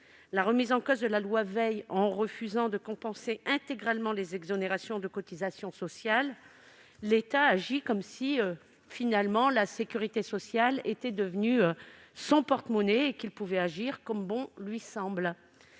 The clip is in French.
En remettant en cause la loi Veil, c'est-à-dire en refusant de compenser intégralement les exonérations de cotisations sociales, l'État agit comme si la sécurité sociale était devenue son porte-monnaie, comme s'il pouvait agir comme bon lui semble.